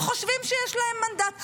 הם חושבים שיש להם מנדט.